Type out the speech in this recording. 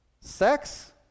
Sex